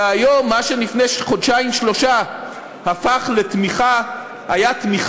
והיום מה שלפני חודשיים-שלושה היה תמיכה